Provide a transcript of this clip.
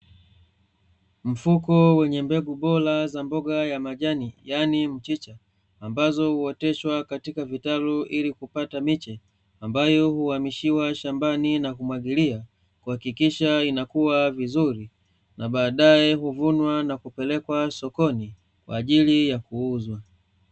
Mfuko wenye mbegu bora za mboga ya majani, yaani mchicha, ambazo huoteshwa katika vitalu ili kupata miche ambayo huhamishiwa shambani na kumwagilia kuhakikisha inakua vizuri, na baadaye huvunwa na kupelekwa sokoni kwa ajili ya kuuzwa.